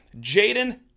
Jaden